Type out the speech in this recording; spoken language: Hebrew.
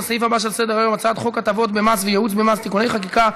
לסעיף הבא שעל סדר-היום: הצעת חוק הטבות במס וייעוץ במס (תיקוני חקיקה)